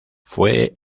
fue